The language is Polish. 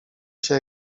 się